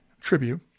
tribute